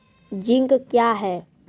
Zinc क्या हैं?